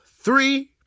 three